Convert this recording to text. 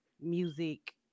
music